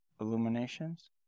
Illuminations